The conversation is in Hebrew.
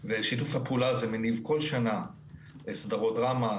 ושיתוף הפעולה זה מניב בכל שנה סדרות דרמה,